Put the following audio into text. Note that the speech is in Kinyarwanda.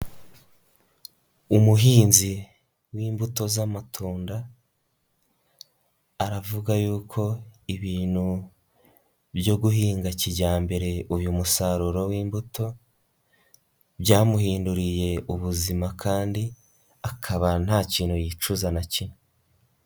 Umuhinzi w'imbuto z'amatunda aravuga yuko ibintu byo guhinga kijyambere uyu musaruro w'imbuto byamuhinduriye ubuzima kandi akaba nta kintu yicuza na kimwe.